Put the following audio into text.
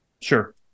Sure